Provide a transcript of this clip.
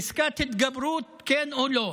פסקת התגברות, כן או לא,